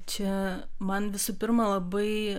čia man visų pirma labai